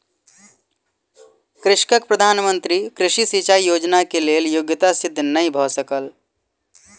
कृषकक प्रधान मंत्री कृषि सिचाई योजना के लेल योग्यता सिद्ध नै भ सकल